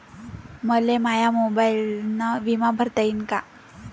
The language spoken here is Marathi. मले माया मोबाईलनं बिमा भरता येईन का?